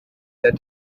that